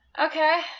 Okay